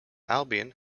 albion